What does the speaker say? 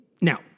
Now